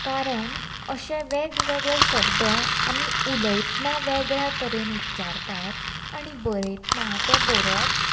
कारण अशे वेगवेगळे शब्द आमी उलयतना वेगळ्या तरेन उच्चारतात आनी बरयतना तें बरोवप